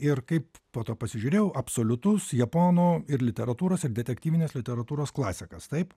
ir kaip po to pasižiūrėjau absoliutus japonų ir literatūros ir detektyvinės literatūros klasikas taip